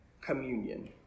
communion